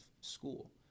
school